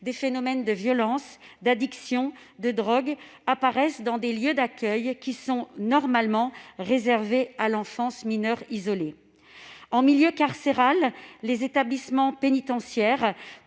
des phénomènes de violences, de drogues et d'addictions apparaissent dans les lieux d'accueil qui sont normalement réservés à l'enfance mineure isolée. En milieu carcéral, les établissements pénitentiaires